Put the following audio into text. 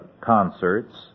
concerts